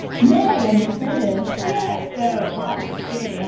yay, i'm excited. yeah, so lots of good